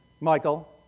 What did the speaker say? Michael